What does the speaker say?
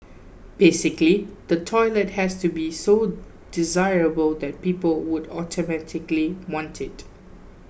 basically the toilet has to be so desirable that people would automatically want it